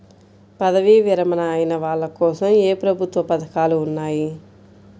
పదవీ విరమణ అయిన వాళ్లకోసం ఏ ప్రభుత్వ పథకాలు ఉన్నాయి?